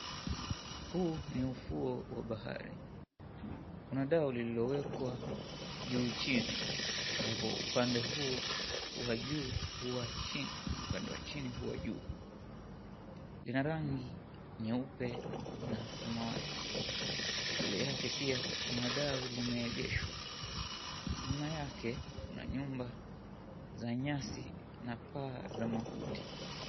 Huu ni ufuo wa bahari. Kuna dau lililowekwa juu chini ambapo upande huo wa juu hua chini na upande wa chini hua juu. Lina rangi nyeupe na samawati. Mbele yake pia kuna dau limeegeshwa. Nyuma yake kuna nyumba za nyasi na paa za makuti.